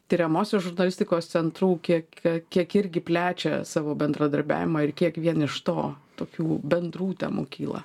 tiriamosios žurnalistikos centrų kiek kiek irgi plečia savo bendradarbiavimą ir kiek vien iš to tokių bendrų temų kyla